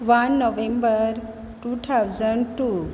one November two thousand two